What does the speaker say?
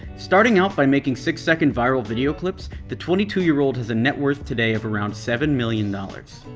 starting out by making six second viral videos clips, the twenty two year old has a net worth today of around seven million dollars.